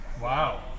Wow